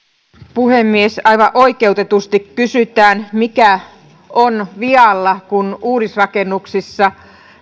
puhemies aivan oikeutetusti kysytään mikä on vialla kun uudisrakennuksissa